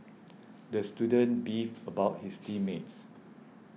the student beefed about his team mates